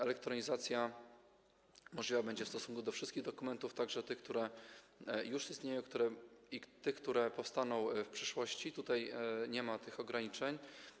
Elektronizacja możliwa będzie w stosunku do wszystkich dokumentów, i tych, które już istnieją, i tych, które powstaną w przyszłości, tutaj nie ma ograniczeń.